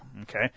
okay